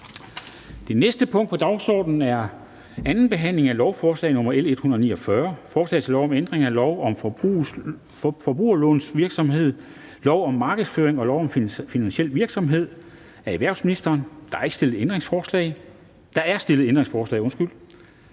Det næste punkt på dagsordenen er: 17) 2. behandling af lovforslag nr. L 149: Forslag til lov om ændring af lov om forbrugslånsvirksomheder, lov om markedsføring og lov om finansiel virksomhed. (Opgør med kviklån m.v.).